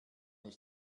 ich